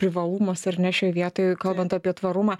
privalumas ar ne šioj vietoj kalbant apie tvarumą